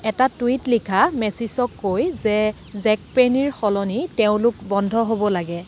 এটা টুইট লিখা মেচিচক কৈ যে জেকপেনীৰ সলনি তেওঁলোক বন্ধ হ'ব লাগে